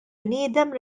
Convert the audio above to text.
bniedem